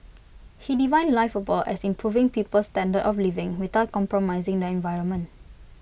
he defined liveable as improving people's standard of living without compromising the environment